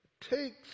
takes